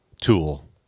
tool